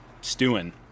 stewing